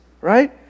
Right